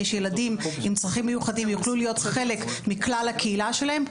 שילדים עם צרכים מיוחדים יוכלו להיות חלק מכלל הקהילה שלהם,